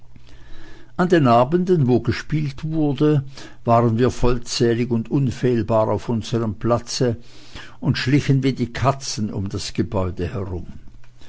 an den abenden wo gespielt wurde waren wir vollzählig und unfehlbar auf unserm platze und schlichen wie die katzen um das gebäude herum